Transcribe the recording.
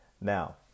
Now